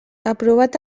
aprovat